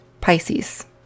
Pisces